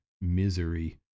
misery